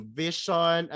vision